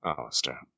alistair